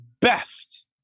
best